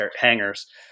hangers